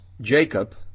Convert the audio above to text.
Jacob